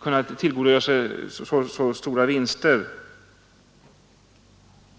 kunna tillgodogöra sig så stora vinster.